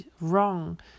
wrong